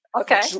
Okay